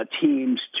teams